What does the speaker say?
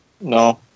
No